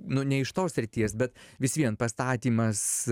nu ne iš tos srities bet vis vien pastatymas